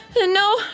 no